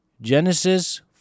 Genesis